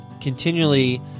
continually